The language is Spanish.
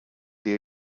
día